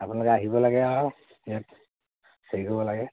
আপোনালোকে আহিব লাগে আও ইয়াত হেৰি হ'ব লাগে